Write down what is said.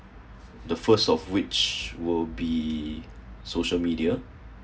the first of which will be social media